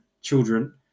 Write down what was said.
Children